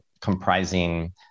comprising